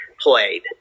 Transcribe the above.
played